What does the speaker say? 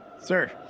Sir